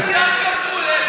מוסר כפול.